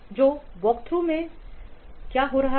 तो code walkthrough में क्या हो रहा है